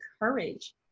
courage